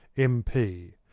m. p.